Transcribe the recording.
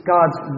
God's